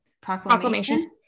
proclamation